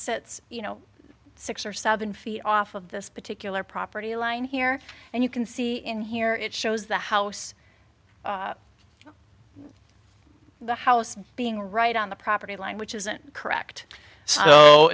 sits you know six or seven feet off of this particular property line here and you can see in here it shows the house the house being right on the property line which isn't correct so